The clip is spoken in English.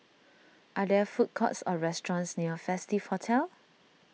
are there food courts or restaurants near Festive Hotel